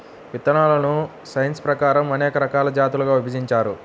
విత్తనాలను సైన్స్ ప్రకారం అనేక రకాల జాతులుగా విభజించారు